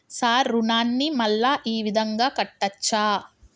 Sir రుణాన్ని మళ్ళా ఈ విధంగా కట్టచ్చా?